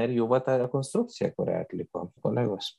ir jų va ta rekonstrukcija kurią atliko kolegos